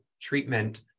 treatment